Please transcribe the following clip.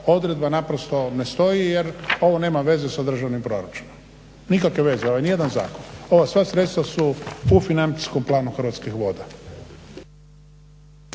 odredba naprosto ne stoji jer ovo nema veze sa državnim proračunom, nikakve veze, ovaj nijedan zakon. Ova sva sredstva su u financijskom planu Hrvatskih voda.